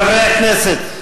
חברי הכנסת,